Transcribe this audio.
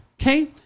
Okay